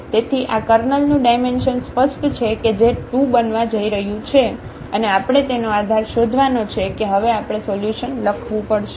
તેથી આ કર્નલનું ડાયમેન્શન સ્પષ્ટ છે કે જે 2 બનવા જઈ રહ્યું છે અને આપણે તેનો આધાર શોધવાનો છે કે હવે આપણે સોલ્યુશન લખવું પડશે